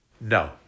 No